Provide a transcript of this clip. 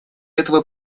этого